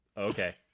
Okay